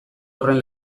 horren